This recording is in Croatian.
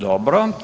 Dobro.